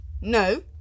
no